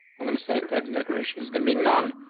i'm gonna say text decoration is gonna be none.